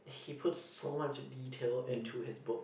he puts so much detail into his book